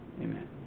amen